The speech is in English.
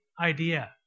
idea